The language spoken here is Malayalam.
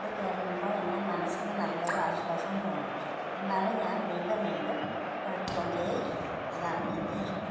അത് കേൾക്കുമ്പോൾ എൻ്റെ മനസ്സിന് നല്ല ഒരു ആശ്വാസം തോന്നും എന്നാലും ഞാൻ വീണ്ടും വീണ്ടും കേട്ടു കൊണ്ടേയിരിക്കും അതാണ് എൻ്റെ ഇഷ്ടം